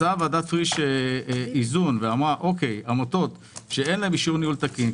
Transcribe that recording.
מצאה ועדת פריש איזון ואמרה: עמותות שאין להן אישור ניהול תקין,